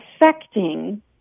affecting